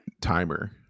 timer